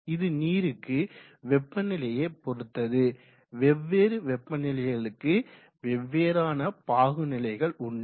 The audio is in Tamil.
இது நீருக்கு வெப்பநிலையை பொறுத்தது வெவ்வேறு வெப்பநிலைகளுக்கு வெவ்வேறான பாகுநிலைகள் உண்டு